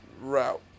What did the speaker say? route